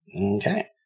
Okay